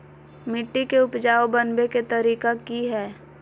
मिट्टी के उपजाऊ बनबे के तरिका की हेय?